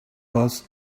bus